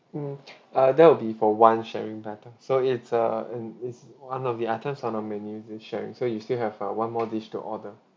mm uh that will be for one sharing platter so it's a in is one of the items on our menu to sharing so you still have uh one more dish to order